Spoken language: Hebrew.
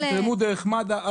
לתרום דרך מד"א.